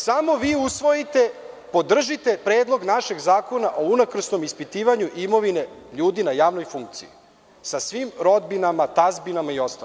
Samo vi usvojite, podržite predlog našeg zakona o unakrsnom ispitivanju imovine ljudi na javnoj funkciji sa svim rodbinama, tazbinama i ostalo.